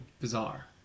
bizarre